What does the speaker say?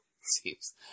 Seems